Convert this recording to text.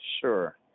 Sure